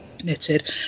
knitted